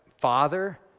Father